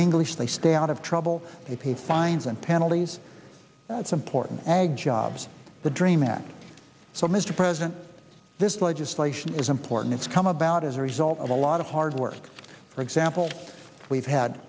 english they stay out of trouble they pay fines and penalties that's important ag jobs the dream act so mr president this legislation is important it's come about as a result of a lot of hard work for example we've had